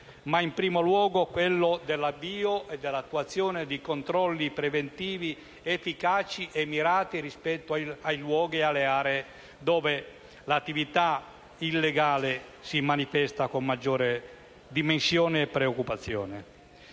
in primo luogo, all'avvio e all'attuazione di controlli preventivi efficaci e mirati rispetto ai luoghi ed alle aree dove l'attività illegale si manifesta con maggiori dimensione e preoccupazione.